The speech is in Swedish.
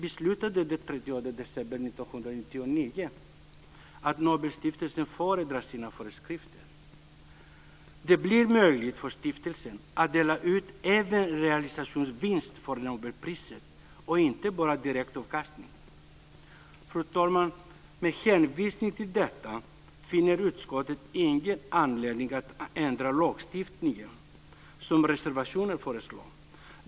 1999 att Nobelstiftelsen får ändra i sina föreskrifter. Det blir möjligt för stiftelsen att dela ut även realisationsvinst i samband med nobelpriset, och inte bara direktavkastningen. Fru talman! Med hänvisning till detta finner utskottet ingen anledning att ändra lagstiftningen, som föreslås i reservationen.